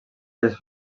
tres